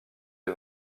les